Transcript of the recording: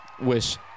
wish